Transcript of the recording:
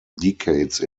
decades